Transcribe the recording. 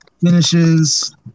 finishes